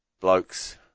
blokes